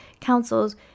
councils